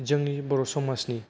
जोंनि बर समाजनि